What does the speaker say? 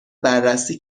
بررسی